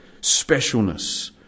specialness